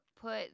put